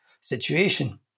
situation